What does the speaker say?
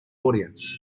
audience